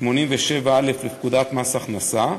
87א לפקודת מס הכנסה,